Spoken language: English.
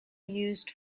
used